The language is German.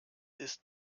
ist